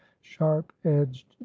sharp-edged